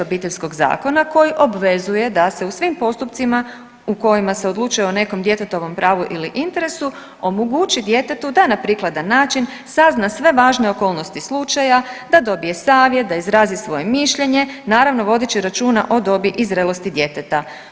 Obiteljskog zakona koji obvezuje da se u svim postupcima u kojima se odlučuje o nekom djetetovom pravu ili interesu omogući djetetu da na prikladan način sazna sve važne okolnosti slučaja da dobije savjet, da izrazi svoje mišljenje, naravno vodeći računa o dobi i zrelosti djeteta.